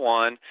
one